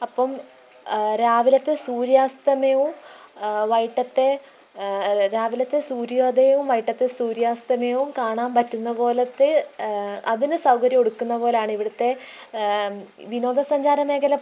അപ്പോള് രാവിലത്തെ സൂര്യാസ്തമയവും വൈകിട്ടത്തെ അല്ല രാവിലത്തെ സൂര്യോദയവും വൈകിട്ടത്തെ സൂര്യാസ്തമയവും കാണാന് പറ്റുന്ന പോലത്തെ അതിന് സൗകര്യം ഒടുക്കുന്ന പോലാണ് ഇവിടത്തെ വിനോദ സഞ്ചാര മേഖല